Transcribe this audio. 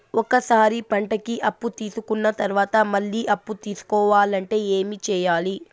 ఒక సారి పంటకి అప్పు తీసుకున్న తర్వాత మళ్ళీ అప్పు తీసుకోవాలంటే ఏమి చేయాలి?